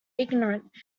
ignorant